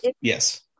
Yes